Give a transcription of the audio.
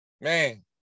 Man